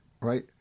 right